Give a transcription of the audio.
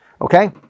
Okay